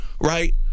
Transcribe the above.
right